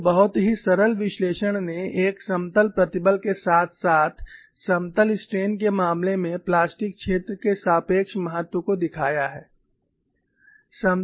तो एक बहुत ही सरल विश्लेषण ने एक समतल प्रतिबल के साथ साथ समतल स्ट्रेन के मामले में प्लास्टिक क्षेत्र के सापेक्ष महत्व को दिखाया है